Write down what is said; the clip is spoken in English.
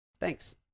thanks